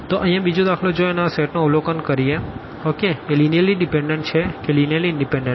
તો અહિયાં બીજો દાખલો જોઈએ અને આ સેટ નું અવલોકન કરીએ v1211Tv2122Tv3111Tએ લીનીઅર્લી ડિપેનડન્ટ છે કે લીનીઅર્લી ઇનડિપેનડન્ટ